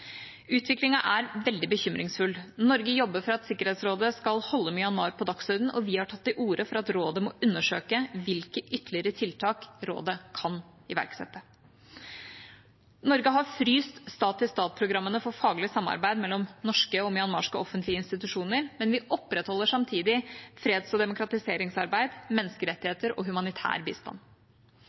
er svært bekymringsfull. Norge arbeider for at Sikkerhetsrådet skal holde Myanmar på dagsordenen, og vi har tatt til orde for at et rådet må undersøke hvilke ytterligere tiltak rådet kan iverksette. Norge har fryst stat-til-stat-programmene for faglig samarbeid mellom norske og myanmarske offentlige institusjoner, men vi opprettholder samtidig freds- og demokratiseringsarbeid, menneskerettigheter og humanitær bistand.